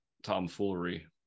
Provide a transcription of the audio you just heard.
tomfoolery